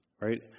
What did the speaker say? Right